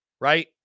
Right